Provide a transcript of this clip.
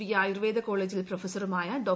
V Ayurveda കോളേജിൽ പ്രൊഫസറുമായ ഡോ